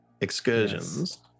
excursions